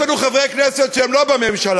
יש לנו חברי כנסת שהם לא בממשלה,